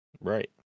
Right